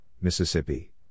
Mississippi